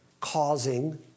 causing